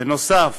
בנוסף,